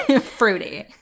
Fruity